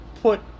put